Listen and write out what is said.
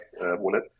wallet